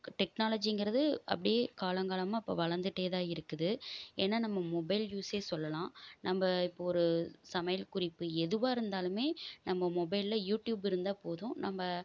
டெக்னாலஜிங்கிறது அப்படியே காலங்காலமாக இப்போ வளர்ந்துட்டே தான் இருக்குது ஏன்னா நம்ம மொபைல் யூஸே சொல்லலாம் நம்ப இப்போ ஒரு சமையல் குறிப்பு எதுவாக இருந்தாலுமே நம்ம மொபைலில் யூடியூப் இருந்தால் போதும் நம்ப